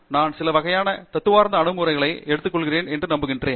எனவே நான் சில வகையான தத்துவார்த்த அணுகுமுறைகளை எடுத்துக்கொள்கிறேன் என்று நம்புகிறேன்